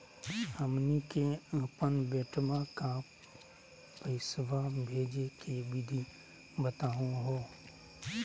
हमनी के अपन बेटवा क पैसवा भेजै के विधि बताहु हो?